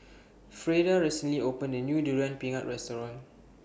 Freida recently opened A New Durian Pengat Restaurant